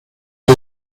der